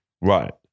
right